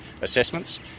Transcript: assessments